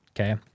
Okay